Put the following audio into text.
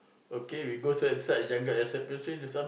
okay we go se~ inside the jungle then still have some